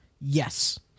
yes